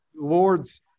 Lord's